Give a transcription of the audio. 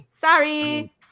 Sorry